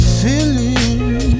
feeling